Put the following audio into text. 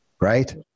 Right